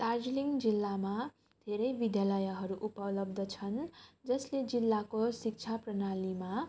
दार्जिलिङ जिल्लामा धेरै विद्यालयहरू उपलब्ध छन् जसले जिल्लाको शिक्षा प्रणालीमा